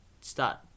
start